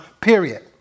period